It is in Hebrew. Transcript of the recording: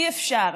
אי-אפשר.